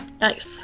nice